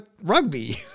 rugby